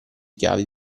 chiavi